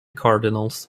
cardinals